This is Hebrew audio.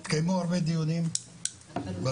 התקיימו הרבה דיונים בנושא